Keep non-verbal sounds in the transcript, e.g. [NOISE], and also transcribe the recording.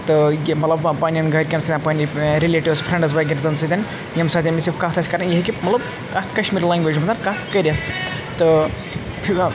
تہٕ یہِ مطلب پنٛنٮ۪ن گَرِکٮ۪ن سۭتۍ پنٛنہِ رِلیٹِوٕز فرٛنٛڈٕز وغیرہ زَن سۭتۍ ییٚمہِ ساتہٕ أمِس یہِ کَتھ آسہِ کَران یہِ ہیٚکہِ مطلب اَتھ کَشمیٖری لنٛگویج مَنٛز کَتھ کٔرِتھ تہٕ [UNINTELLIGIBLE]